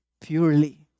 Purely